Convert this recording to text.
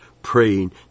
praying